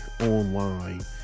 online